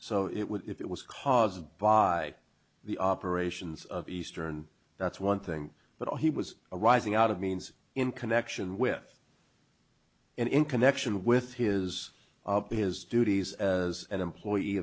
so it would if it was caused by the operations of eastern that's one thing but he was arising out of means in connection with and in connection with his of his duties as an employee